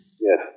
Yes